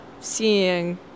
seeing